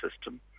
system